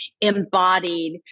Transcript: embodied